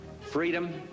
freedom